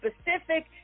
specific